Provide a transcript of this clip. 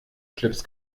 schlips